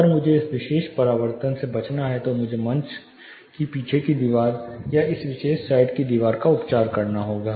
अगर मुझे इस विशेष परावर्तन से बचना है तो मुझे मंच की पीछे की दीवार या इस विशेष साइड की दीवार का उपचार करना होगा